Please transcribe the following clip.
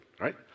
right